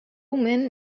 men